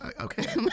Okay